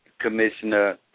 Commissioner